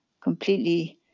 completely